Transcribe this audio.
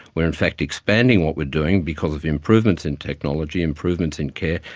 we are in fact expanding what we are doing because of improvements in technology, improvements in care.